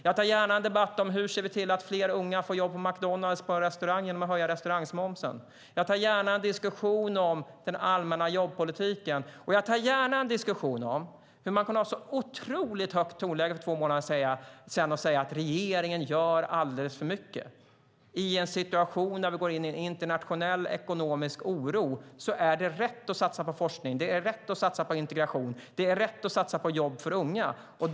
Jag tar gärna en debatt om hur vi ser till att fler unga får jobb på McDonalds och restauranger genom att höja restaurangmomsen. Jag för gärna en diskussion om den allmänna jobbpolitiken. Och jag för gärna en diskussion om hur man ha så otroligt högt tonläge för två månader sedan och säga att regeringen gör alldeles för mycket. I en situation när vi går in i en internationell ekonomisk oro är det rätt att satsa på forskning, integration och jobb för unga.